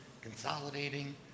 consolidating